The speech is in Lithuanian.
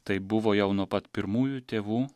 tai buvo jau nuo pat pirmųjų tėvų